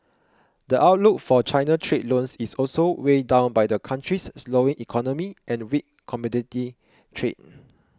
the outlook for China trade loans is also weighed down by the country's slowing economy and weak commodity trade